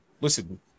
listen